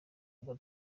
bwa